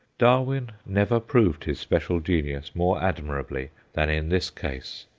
darwin never proved his special genius more admirably than in this case.